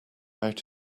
out